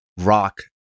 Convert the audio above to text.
rock